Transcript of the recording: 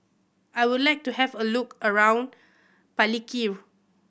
I would like to have a look around Palikir